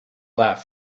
laugh